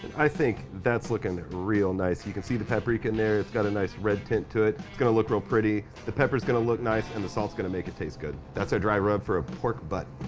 i think that's looking real nice you can see the paprika in there its got a nice red tent to it gunna look real pretty the peppers gonna look nice and the salt's gonna make it taste good that's a dry rub for a pork but